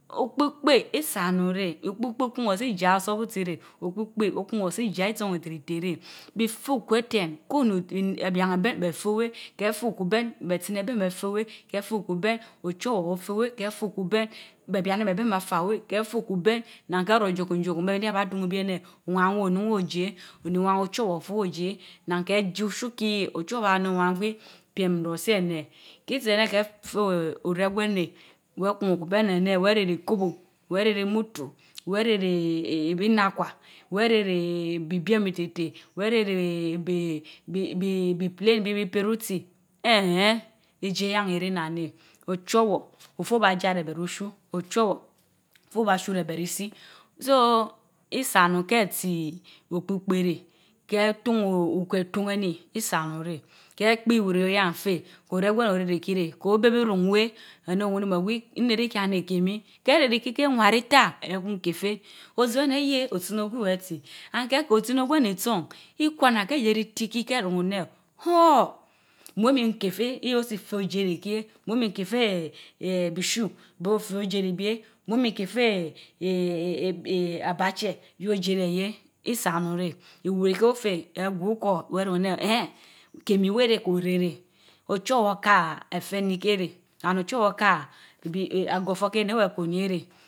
Okpikope isa onu reh, okepikpe kun ór si ja osóbusiréh, Okeikee omunasi já isan iti rite reh bi Fu ukwe tén ko oni, bé blan ebén béh fue wéh keh Fue utawe bien, betsin ebin be que weh, he tue ukwe aln ochowor o fue weh, ke fue bén, be bianime bugwen eba fá well, keh the ukben bénmatca ro dokun Joscan, bt ni aba tun obierané avan onun wéh ole je Owan Ochowor weh Ojie. nnan keh ti ushu kis, Ochowor Obad man emch Owan gwi piem to si eneh ki si ench weh a fue orengwen neh, wén kun ukwe ben and wa ré ri ukubu, weh reh vi inakwa, wgh ren ri bi biem iterite, weh reh bi brem plane upératsi eenkeen indie yen iren nnan neh. Ochovwor Ofuwch ossa Jarek bérés. usha. Ochovor ofu och oba shuréh be rén isii. so isa onun ke tsi okpikpe réh. Kéh tun okwe atun enii, isa onun reh kéh kpi owiri oyian oréhgwen oréyri kireh, ko béh bi nuun wéh aneh owinime ogwi, ńnerikien néh kemi, karé ri iyi kéh wa ra itaa ekun keh Féh. Ozéh weh anór eeyeh otsin egwi atsi and ké vch tech of sin gwen itson, ikwang kah aliti arun anó hunn! mo mi kehpén jiosi feh Jeribie, mo mi keh feh eeen ishoe biofen veribie mo mi kelifch eeen abache yio de egie, I sa Onun reh. iwiri kó oféh, agwe uscir wehrin ane keh mi weh reh, Koréréh. Ochówor kaa a feèni keh réh and ochowar kaa agófor kéh weh keh oni wéh reh.